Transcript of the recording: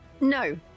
No